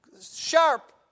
sharp